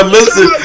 Listen